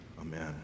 Amen